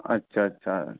अच्छा अच्छा